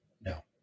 No